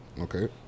okay